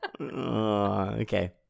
Okay